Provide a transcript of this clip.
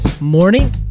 morning